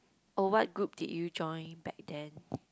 oh what group did you join back then